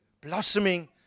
blossoming